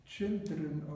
Children